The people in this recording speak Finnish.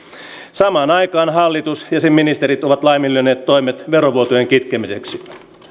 samaan aikaan hallitus ja sen ministerit ovat laiminlyöneet toimet verovuotojen kitkemiseksi